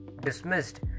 dismissed